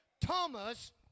Thomas